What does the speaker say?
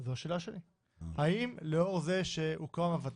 זו השאלה שלי האם לאור זה שהוקמה הוותמ"ל,